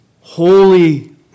holy